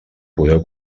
podeu